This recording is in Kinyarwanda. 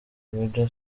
roger